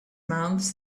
mouths